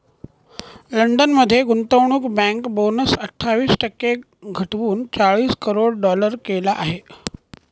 London मध्ये गुंतवणूक bank bonus अठ्ठावीस टक्के घटवून चाळीस करोड डॉलर केला आहे